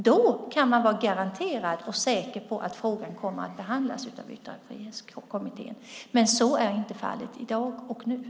Då kan man vara garanterad och säker på att frågan kommer att behandlas av Yttrandefrihetskommittén, men så är inte fallet nu i dag.